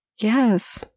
Yes